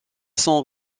son